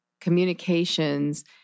communications